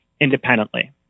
independently